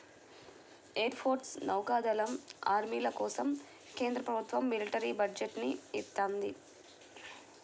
air force, నౌకా దళం, ఆర్మీల కోసం కేంద్ర ప్రభుత్వం మిలిటరీ బడ్జెట్ ని ఇత్తంది